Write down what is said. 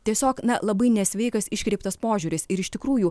tiesiog na labai nesveikas iškreiptas požiūris ir iš tikrųjų